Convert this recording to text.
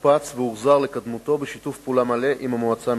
שופץ והוחזר לקדמותו בשיתוף פעולה מלא עם המועצה המקומית,